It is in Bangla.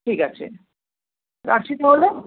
ঠিক আছে রাখছি তাহলে